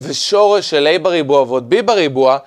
ושורש של a בריבוע ועוד b בריבוע.